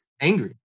angry